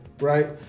right